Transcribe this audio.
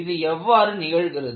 இது எவ்வாறு நிகழ்கிறது